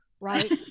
right